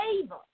favor